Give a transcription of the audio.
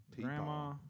Grandma